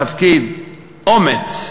בתפקיד: אומץ.